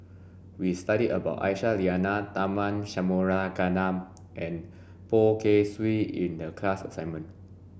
we studied about Aisyah Lyana Tharman Shanmugaratnam and Poh Kay Swee in the class assignment